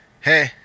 Hey